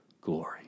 glory